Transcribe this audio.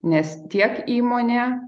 nes tiek įmonė